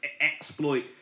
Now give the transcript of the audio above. exploit